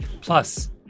plus